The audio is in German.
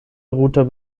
router